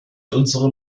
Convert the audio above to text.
unsere